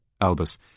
Albus